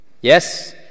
yes